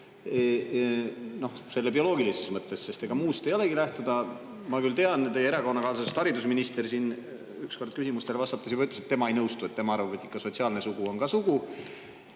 sugudest bioloogilises mõttes, sest ega muust ei olegi lähtuda. Ma küll tean, et teie erakonnakaaslasest haridusminister siin ükskord küsimustele vastates juba ütles, et tema ei nõustu ja tema arvab, et ikka sotsiaalne sugu on ka sugu.